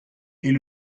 est